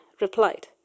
replied